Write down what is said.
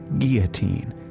guillotine,